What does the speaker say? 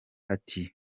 ati